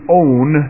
own